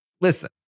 listen